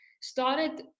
started